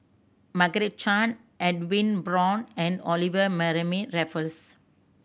Margaret Chan Edwin Brown and Olivia Mariamne Raffles